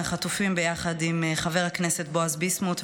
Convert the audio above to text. החטופים ביחד עם חבר הכנסת בועז ביסמוט,